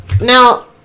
now